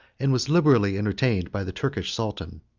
and was liberally entertained by the turkish sultan.